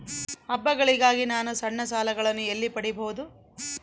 ಹಬ್ಬಗಳಿಗಾಗಿ ನಾನು ಸಣ್ಣ ಸಾಲಗಳನ್ನು ಎಲ್ಲಿ ಪಡಿಬಹುದು?